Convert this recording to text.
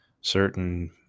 certain